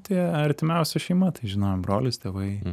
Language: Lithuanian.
tai artimiausia šeima tai žinojo brolis tėvai